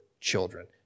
children